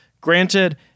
Granted